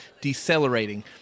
decelerating